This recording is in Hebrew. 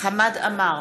חמד עמאר,